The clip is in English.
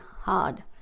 hard